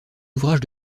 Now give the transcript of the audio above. ouvrages